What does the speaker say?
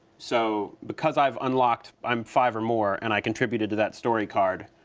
so because i've unlocked, i'm five or more, and i contributed to that story card,